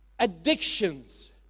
addictions